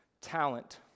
Talent